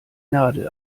nadel